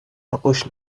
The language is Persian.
آغوش